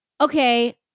okay